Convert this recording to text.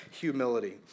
humility